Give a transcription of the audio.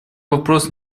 вопрос